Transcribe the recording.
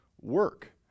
work